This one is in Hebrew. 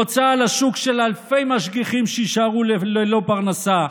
הוצאה לשוק של אלפי משגיחים שיישארו ללא פרנסה,